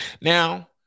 Now